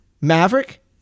Maverick